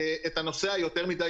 תקנה 2, מי בעד?